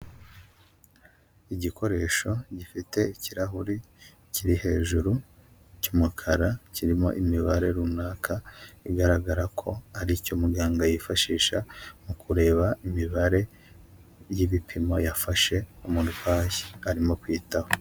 Igikoresho gifite ikirahuri kiri hejuru cy'umukara, kirimo imibare runaka, bigaragara ko ari cyo muganga yifashisha mu kureba imibare y'ibipimo yafashe umurwayi arimo kwitaho.